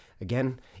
Again